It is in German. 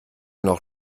noch